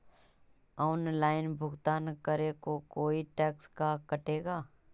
Online भुगतान करे को कोई टैक्स का कटेगा?